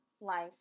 Life